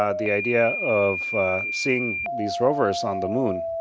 ah the idea of seeing these rovers on the moon